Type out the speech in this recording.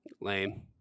Lame